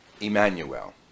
Emmanuel